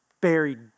buried